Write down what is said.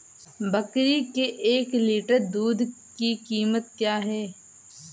बकरी के एक लीटर दूध की कीमत क्या है?